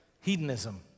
hedonism